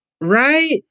Right